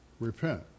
Repent